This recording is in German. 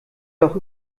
doch